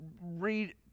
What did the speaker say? read